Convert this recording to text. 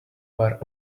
where